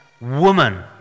woman